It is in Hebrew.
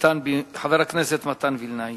חבר הכנסת מתן וילנאי.